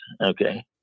okay